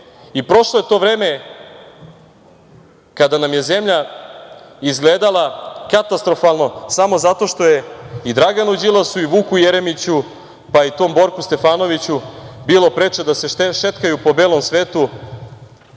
i prošlo je to vreme kada nam je zemlja izgledala katastrofalno samo zato što je i Draganu Đilasu i Vuku Jeremiću, pa i tom Borku Stefanoviću bilo preče da se šetkaju po belom svetu,